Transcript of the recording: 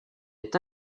est